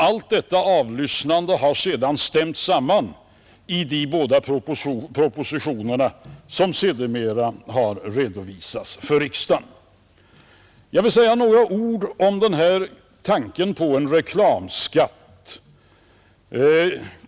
Allt detta avlyssnande har sedan stämts samman i de båda propositioner som sedermera har redovisats för riksdagen. Jag vill säga några ord om tanken på en reklamskatt.